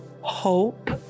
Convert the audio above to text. hope